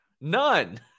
None